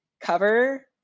cover